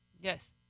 Yes